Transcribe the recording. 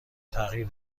تغییر